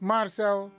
Marcel